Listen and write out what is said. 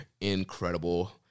Incredible